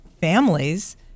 families